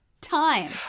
time